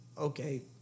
okay